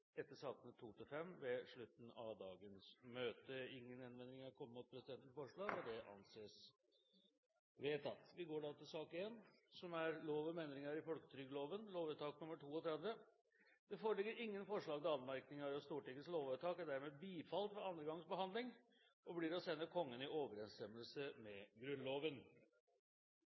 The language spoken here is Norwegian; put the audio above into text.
etter at sak nr. 1 er ferdigbehandlet, og deretter samlet votering etter sakene nr. 2–5 ved slutten av dagens møte. Ingen innvendinger er kommet mot presidentens forslag – og det anses vedtatt. Ingen har bedt om ordet. Det foreligger ingen forslag til anmerkning, og Stortingets lovvedtak er dermed bifalt ved andre gangs behandling og blir å sende Kongen i overenstemmelse med Grunnloven.